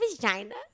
vagina